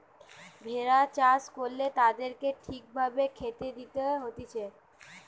ভেড়া চাষ করলে তাদেরকে ঠিক ভাবে খেতে দিতে হতিছে